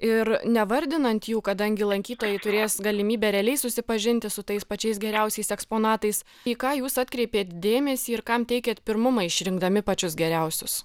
ir nevardinant jų kadangi lankytojai turės galimybę realiai susipažinti su tais pačiais geriausiais eksponatais į ką jūs atkreipėt dėmesį ir kam teikėt pirmumą išrinkdami pačius geriausius